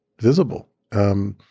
visible